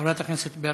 חברת הכנסת ברקו.